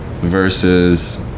versus